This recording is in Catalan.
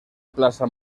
plaça